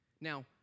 Now